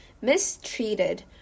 mistreated